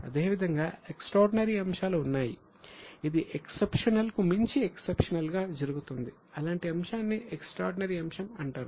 అదే విధంగా ఎక్స్ట్రార్డినరీ అంశాలు ఉన్నాయి ఇది ఎక్సెప్షనల్ కు మించి ఎక్సెప్షనల్ గా జరుగుతుంది అలాంటి అంశాన్ని ఎక్స్ట్రార్డినరీ అంశం అంటారు